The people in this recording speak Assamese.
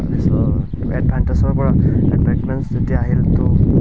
তাৰপিছত এডভাটাইজৰপৰা এডভাৰটাইজমেণ্ট যেতিয়া আহিল তো